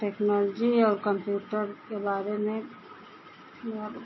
technology और computer के बारे में